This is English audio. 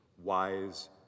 wise